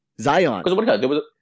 Zion